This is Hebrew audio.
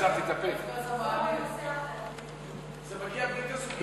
תעבור לנושא אחר, בדיוק.